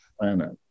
planet